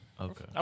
okay